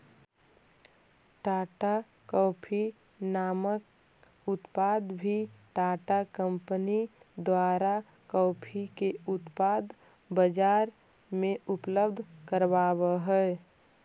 Tata coffee नामक उत्पाद भी टाटा कंपनी द्वारा कॉफी के उत्पाद बजार में उपलब्ध कराब हई